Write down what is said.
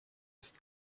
ist